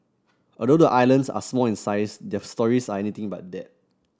although the islands are small in size their stories are anything but that